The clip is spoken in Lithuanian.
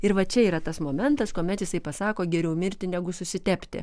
ir va čia yra tas momentas kuomet jisai pasako geriau mirti negu susitepti